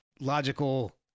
logical